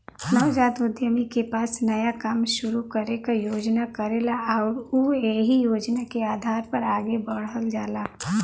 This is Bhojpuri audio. नवजात उद्यमी के पास नया काम शुरू करे क योजना रहेला आउर उ एहि योजना के आधार पर आगे बढ़ल जाला